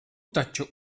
taču